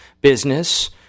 business